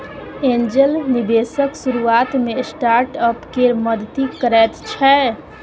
angel निबेशक शुरुआत मे स्टार्टअप केर मदति करैत छै